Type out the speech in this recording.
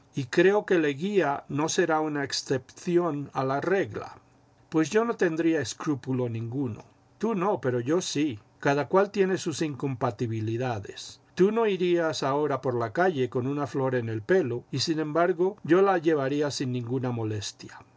y creo que leguía no será una excepción a la regla pues yo no tendría escrúpulo ninguno tú no pero yo sí cada cual tiene sus incompatibihdades tú no irías ahora por la calle con una flor en el pelo y sin embargo yo la llevaría sin ninguna molestia